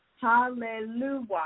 hallelujah